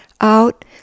out